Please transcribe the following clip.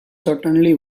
certainly